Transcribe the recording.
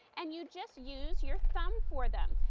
and you just used your thumb for them.